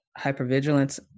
hypervigilance